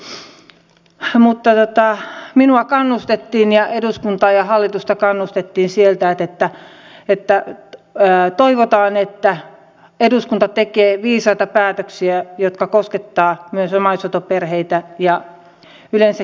mutta minua kannustettiin ja eduskuntaa ja hallitusta kannustettiin sieltä että toivotaan että eduskunta tekee viisaita päätöksiä jotka koskettavat myös omaishoitoperheitä ja yleensäkin ihmisiä